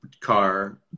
car